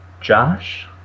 Josh